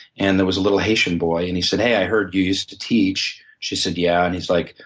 and there was a little haitian boy. and he said, hey, i heard you used to teach. she said yeah. and he's like,